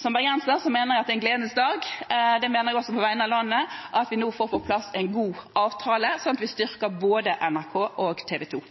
Som bergenser mener jeg det er en gledens dag – det mener jeg også på vegne av hele landet – at vi nå får på plass en god avtale, slik at vi styrker både NRK og